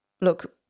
look